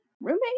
roommate